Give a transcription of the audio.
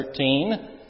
13